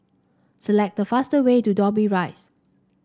select the faster way to Dobbie Rise